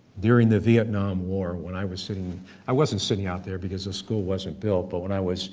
during the vietnam war, when i was sitting i wasn't sitting out there, because the school wasn't built, but when i was